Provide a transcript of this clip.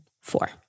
four